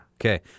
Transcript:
Okay